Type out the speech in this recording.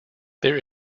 there